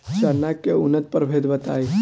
चना के उन्नत प्रभेद बताई?